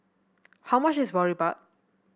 how much is Boribap